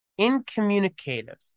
incommunicative